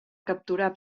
capturar